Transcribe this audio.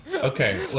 Okay